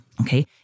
okay